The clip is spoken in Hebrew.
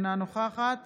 אינה נוכחת